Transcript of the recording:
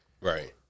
Right